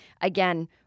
Again